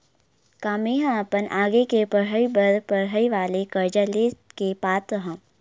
का मेंहा अपन आगे के पढई बर पढई वाले कर्जा ले के पात्र हव?